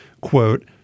quote